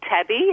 tabby